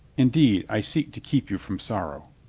indeed, i seek to keep you from sorrow.